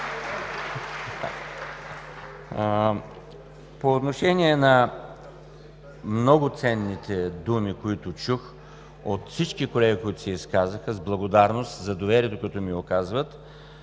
По отношение на много ценните думи, които чух от всички колеги, които се изказаха, с благодарност за доверието, което ми оказват,